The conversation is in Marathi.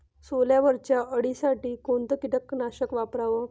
सोल्यावरच्या अळीसाठी कोनतं कीटकनाशक वापराव?